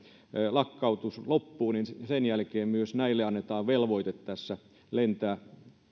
lakkautus loppuu niin sen jälkeen myös näille annetaan velvoite tässä lentää